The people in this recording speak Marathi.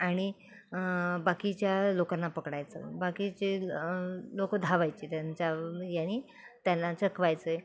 आणि बाकीच्या लोकांना पकडायचं बाकीचे लोक धावायचे त्यांच्या यांनी त्यांना चकवायचं आहे